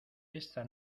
esta